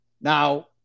Now